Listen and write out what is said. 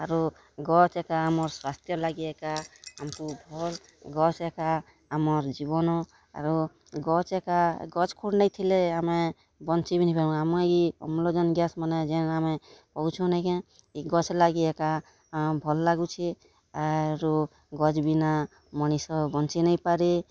ଆରୁ ଗଛ୍ ଏକା ଆମର ସ୍ୱାସ୍ଥ୍ୟ ଲାଗି ଏକା ଆମକୁ ଭଲ୍ ଗଛ୍ ଏକା ଆମର୍ ଜୀବନ ଆରୁ ଗଛ୍ ଏକା ଗଛ୍ ଖୁଣ୍ଟ ନେଇଁ ଥିଲି ଆମେ ବଞ୍ଚି ବି ନେଇଁ ପାରୁଁ ଆମେ ଇ ଅମ୍ଳଜାନ ଗ୍ୟାସ ମାନେ ଜେନ୍ ଆମେ ପାଉଛୁଁ ନେଇଁ କେଁ ଇ ଗଛ୍ ଲାଗି ଏକା ଭଲ୍ ଲାଗୁଛେ ଆରୁ ଗଛ୍ ବିନା ମନିଷ ବଞ୍ଚି ନେଇଁପାରେ